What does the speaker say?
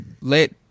let –